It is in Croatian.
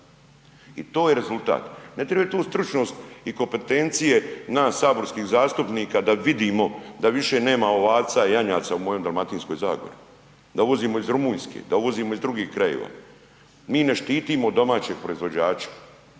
i to je rezultat. Ne treba tu stručnost i kompetencije nas saborskih zastupnika da vidimo da više nema ovaca, janjaca u mojoj Dalmatinskoj zagori, da uvozimo iz Rumunjske, da uvozimo iz drugih krajeva. Mi ne štitimo domaćeg proizvođača.